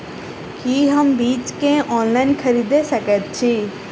की हम बीज केँ ऑनलाइन खरीदै सकैत छी?